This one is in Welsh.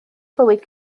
bywyd